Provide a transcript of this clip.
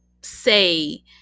say